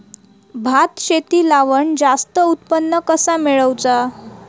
भात शेती लावण जास्त उत्पन्न कसा मेळवचा?